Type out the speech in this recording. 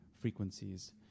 frequencies